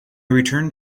returned